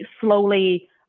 slowly